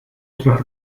otras